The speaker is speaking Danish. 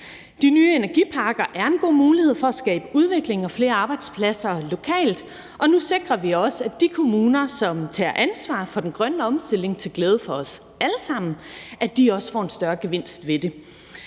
De nye energiparker er en god mulighed for at skabe udvikling og flere arbejdspladser lokalt, og nu sikrer vi også, at de kommuner, som tager ansvar for den grønne omstilling til glæde for os alle sammen, også får en større gevinst ved det.